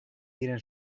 diren